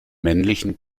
männlichen